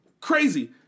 Crazy